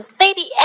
baby